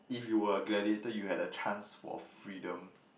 if you were a gladiator you had a chance for freedom